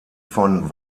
von